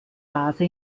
base